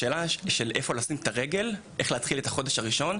השאלה היא איפה לשים את הרגל ואיך להתחיל את החודש הראשון,